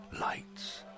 lights